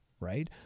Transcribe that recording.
right